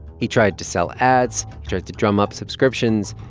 he tried to sell ads, tried to drum up subscriptions.